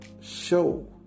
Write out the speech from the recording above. show